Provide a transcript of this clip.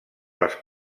les